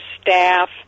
staff